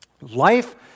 Life